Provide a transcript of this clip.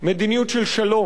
מדיניות של שלום,